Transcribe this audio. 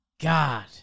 God